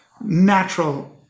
natural